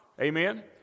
Amen